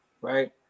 right